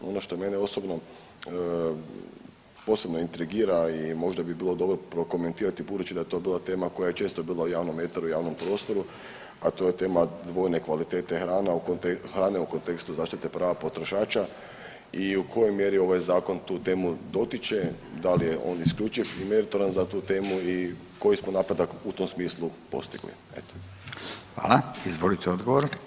Ono što mene osobno posebno intrigira i možda bi bilo dobro prokomentirati budući da je to bila tema koja je često bila u javnom eteru i javnom prostoru, a to je tema dvojne kvalitete hrane u kontekstu zaštite prava potrošača i u kojoj mjeri ovaj zakon tu temu dotiče, da li je on isključiv i mjeritoran za tu temu i koji smo napredak u tom smislu postigli, eto?